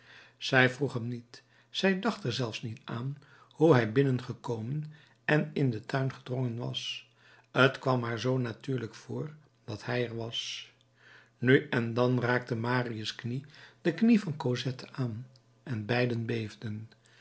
zij vroeg hem niet zij dacht er zelfs niet aan hoe hij binnengekomen en in den tuin gedrongen was t kwam haar zoo natuurlijk voor dat hij er was nu en dan raakte marius knie de knie van cosette aan en beiden beefden